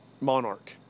monarch